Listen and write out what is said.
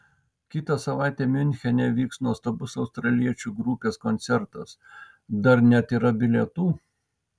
kitą savaitę miunchene vyks nuostabus australiečių grupės koncertas dar net yra bilietų